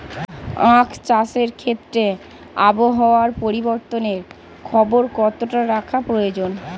আখ চাষের ক্ষেত্রে আবহাওয়ার পরিবর্তনের খবর কতটা রাখা প্রয়োজন?